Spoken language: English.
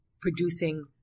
producing